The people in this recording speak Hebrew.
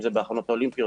אם זה בהכנות האולימפיות.